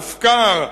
הופקר,